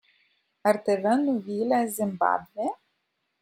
ar tave nuvylė zimbabvė